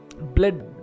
blood